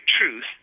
truth